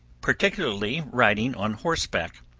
particularly riding on horse-back,